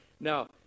Now